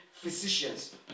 physicians